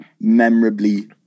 memorably